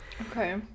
okay